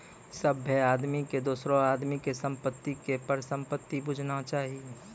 सभ्भे आदमी के दोसरो आदमी के संपत्ति के परसंपत्ति बुझना चाही